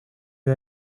jag